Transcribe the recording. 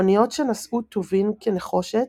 אוניות שנשאו טובין כנחושת,